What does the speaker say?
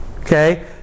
okay